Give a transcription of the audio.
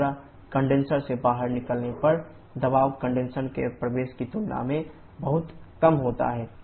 इसी तरह कंडेनसर से बाहर निकलने पर दबाव कंडेनसर के प्रवेश की तुलना में बहुत कम होता है